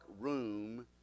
room